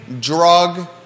drug